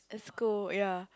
school ya